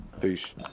Peace